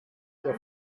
der